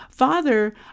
father